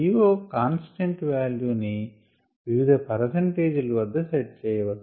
DO constant value ని వివిధ percentage ల వద్ద సెట్ చెయ్యవచ్చు